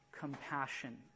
Compassion